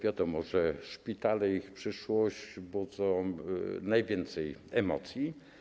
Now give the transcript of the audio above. Wiadomo, że szpitale i ich przyszłość budzą najwięcej emocji.